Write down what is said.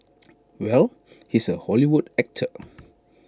well he's A Hollywood actor